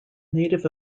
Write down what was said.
native